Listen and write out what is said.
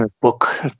book